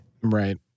Right